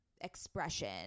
expression